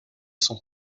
son